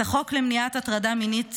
את החוק למניעת הטרדה מינית